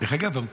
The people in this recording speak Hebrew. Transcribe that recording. דרך אגב,